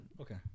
Okay